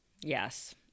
Yes